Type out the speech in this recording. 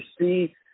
see